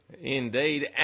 Indeed